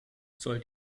soll